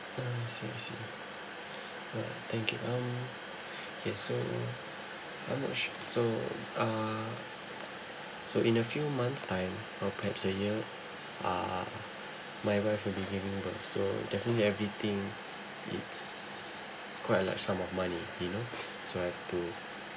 oh I see I see alright thank you um okay so I'm not su~ so uh so in a few months time year uh my wife will be giving birth so definitely everything is quite a large sum of money you know so I have to